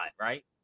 right